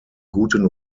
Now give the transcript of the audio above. guten